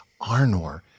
Arnor